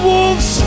Wolves